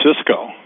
Cisco